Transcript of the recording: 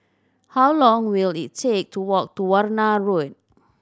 how long will it take to walk to Warna Road